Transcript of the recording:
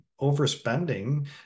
overspending